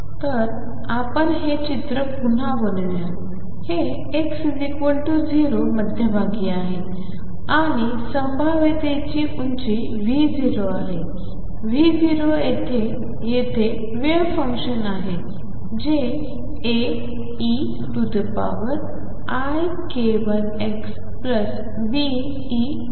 तर आपण हे चित्र पुन्हा बनवूया हे x 0 मध्यभागी आहे आणि संभाव्यतेची उंची V0आहे V0येथे येथे वेव्ह फंक्शन आहे जे Aeik1xBe ik1x